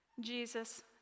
Jesus